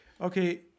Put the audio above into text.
okay